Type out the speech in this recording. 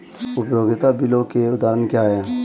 उपयोगिता बिलों के उदाहरण क्या हैं?